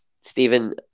Stephen